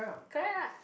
correct lah